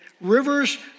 rivers